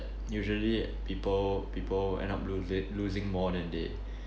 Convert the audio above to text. usually people people end up losing losing more than they